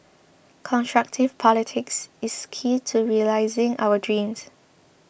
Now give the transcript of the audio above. constructive politics is key to realising our dreams